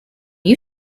you